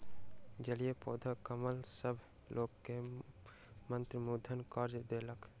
जलीय पौधा कमल सभ लोक के मंत्रमुग्ध कय देलक